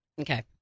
Okay